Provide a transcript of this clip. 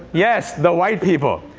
yes, the white people.